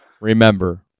Remember